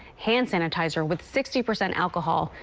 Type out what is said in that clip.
hand sanitizer with sixty percent alcohol,